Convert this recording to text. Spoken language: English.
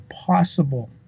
possible